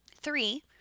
Three